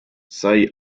sai